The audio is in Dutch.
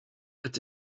het